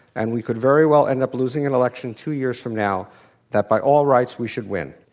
and we could very well end up losing an election two years from now that, by all rights, we should win.